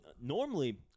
normally